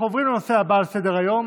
אנחנו עוברים לנושא הבא על סדר-היום,